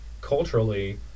culturally